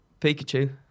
Pikachu